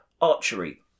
archery